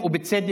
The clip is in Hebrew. ובצדק,